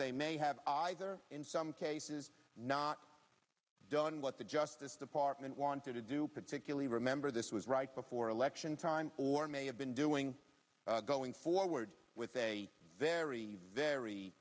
they may have either in some cases not done what the justice department wanted to do particularly remember this was right before election time or may have been doing going forward with a very very